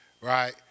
right